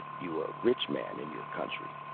you a rich man in your country,